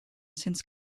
since